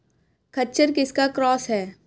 खच्चर किसका क्रास है?